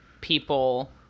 People